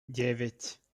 девять